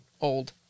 old